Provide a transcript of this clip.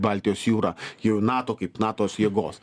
baltijos jūrą jau į nato kaip nato jėgos